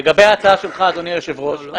לגבי ההצעה שלך אדוני היושב-ראש.